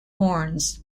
horns